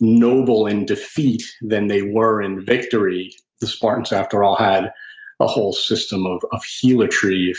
noble in defeat than they were in victory. the spartans, after all, had a whole system of of helotry,